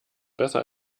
besser